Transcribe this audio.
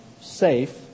safe